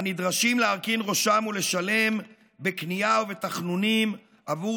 הנדרשים להרכין ראשם ולשלם בקנייה ובתחנונים עבור